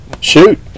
Shoot